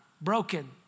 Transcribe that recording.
broken